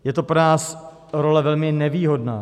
Je to pro nás role velmi nevýhodná.